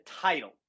title